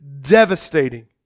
devastating